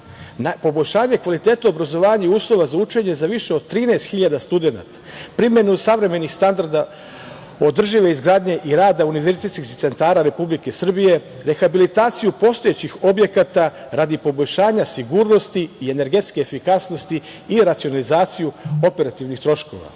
metara. Poboljšanje kvaliteta u obrazovanju i uslova za učenje za više od 13.000 studenata, primenu savremenih standarda održive izgradnje i rada univerzitetskih centara Republike Srbije, rehabilitaciju postojećih objekata radi poboljšanja sigurnosti i energetske efikasnosti i racionalizaciju operativnih troškova. Iz